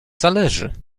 zależy